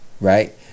right